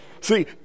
See